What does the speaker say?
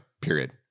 Period